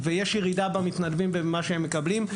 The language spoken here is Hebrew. יש ירידה במתנדבים ובמה שהם מקבלים.